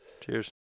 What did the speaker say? Cheers